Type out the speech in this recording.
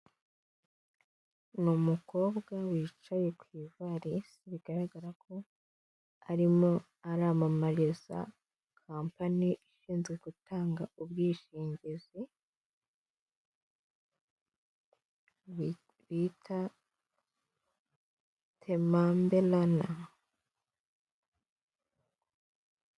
Ni umukobwa wicaye ku ivarisi, bigaragara ko arimo aramamariza kampani ishinzwe gutanga ubwishingizi, bita "tem mbe rana".